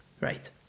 right